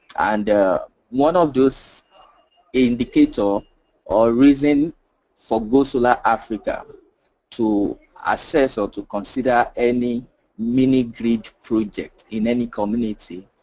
and one of those indicators are reason for gosolar africa to assess or to consider any mini-grid project in any community.